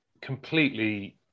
completely